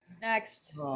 Next